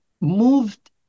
moved